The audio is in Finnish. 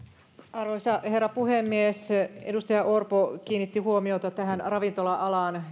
arvoisa herra puhemies edustaja orpo kiinnitti huomiota tähän ravintola alaan